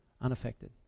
unaffected